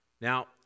Now